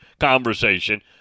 conversation